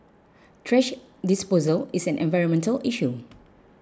thrash disposal is an environmental issue